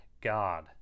God